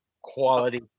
quality